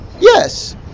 yes